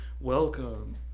welcome